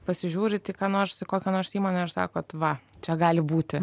pasižiūrit į ką nors į kokią nors įmonę ir sakot va čia gali būti